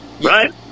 Right